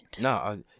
No